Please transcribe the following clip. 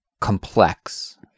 complex